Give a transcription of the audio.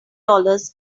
dollars